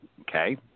Okay